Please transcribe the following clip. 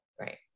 Right